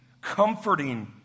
comforting